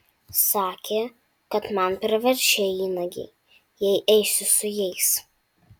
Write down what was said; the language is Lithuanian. sakė kad man pravers šie įnagiai jei eisiu su jais